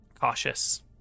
cautious